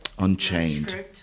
Unchained